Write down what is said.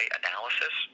analysis